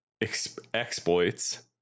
exploits